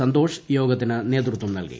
സന്തോഷ് യോഗത്തിന് നേതൃത്വം നൽകി